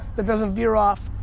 that doesn't veer off.